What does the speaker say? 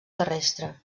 terrestre